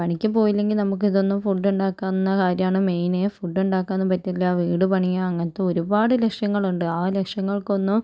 പണിയ്ക്കു പോയില്ലെങ്കിൽ നമുക്ക് ഇതൊന്നും ഫുഡ് ഉണ്ടാക്കാവുന്ന കാര്യമാണ് മെയിൻ ഫുഡ് ഉണ്ടാക്കാനൊന്നും പറ്റില്ല വീട് പണിയുക അങ്ങനത്തെ ഒരുപാട് ലഷ്യങ്ങളുണ്ട് ആ ലഷ്യങ്ങൾക്കൊന്നും